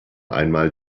einmal